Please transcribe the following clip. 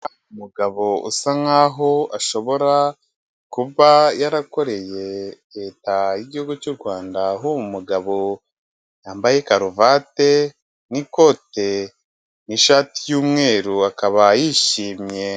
Umugabo usa nkaho ashobora kuba yarakoreye leta y'igihugu cy'u Rwanda, aho umugabo yambaye karuvati n'ikote n'ishati yumweru akaba yishimye.